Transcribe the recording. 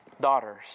Daughters